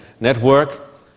Network